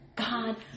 God